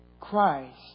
Christ